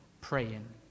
praying